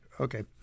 Okay